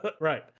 Right